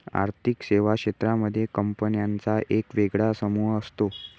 आर्थिक सेवा क्षेत्रांमध्ये कंपन्यांचा एक वेगळा समूह असतो